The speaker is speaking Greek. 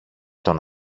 τον